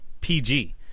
PG